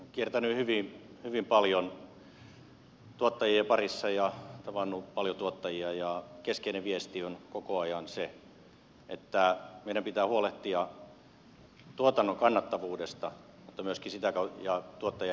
olen kiertänyt hyvin paljon tuottajien parissa ja tavannut paljon tuottajia ja keskeinen viesti on koko ajan se että meidän pitää huolehtia tuotannon kannattavuudesta ja tuottajien jaksamisesta